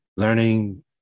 Learning